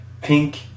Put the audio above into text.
pink